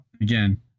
Again